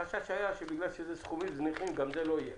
החשש היה שבגלל שזה סכומים זניחים, גם זה לא יהיה.